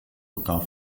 sogar